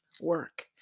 work